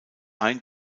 ein